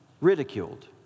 ridiculed